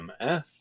MS